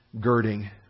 girding